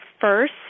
first